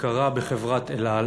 שקרה בחברת "אל על",